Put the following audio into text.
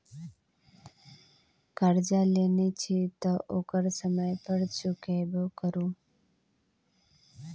करजा लेने छी तँ ओकरा समय पर चुकेबो करु